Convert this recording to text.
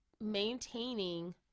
maintaining